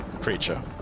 creature